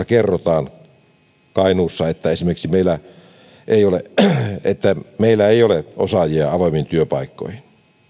kerrotaan kainuussa esimerkiksi että meillä ei ole osaajia avoimiin työpaikkoihin